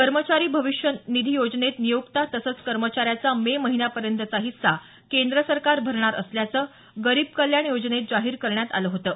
कर्मचारी भविष्य निधी योजनेत नियोक्ता तसंच कर्मचाऱ्याचा मे महिन्यापर्यंतचा हिस्सा केंद्र सरकार भरणार असल्याचं गरीब कल्याण योजनेत जाहीर करण्यात आलं होतं